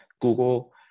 Google